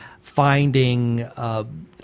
finding –